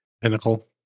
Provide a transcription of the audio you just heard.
Pinnacle